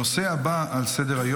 שמונה בעד, אין מתנגדים.